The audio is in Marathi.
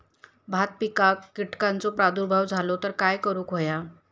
भात पिकांक कीटकांचो प्रादुर्भाव झालो तर काय करूक होया?